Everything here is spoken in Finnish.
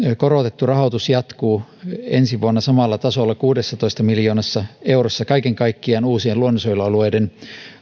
korotettu rahoitus jatkuu ensi vuonna samalla tasolla kuudessatoista miljoonassa eurossa kaiken kaikkiaan uusien luonnonsuojelualueiden